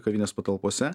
kavinės patalpose